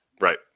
right